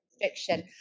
friction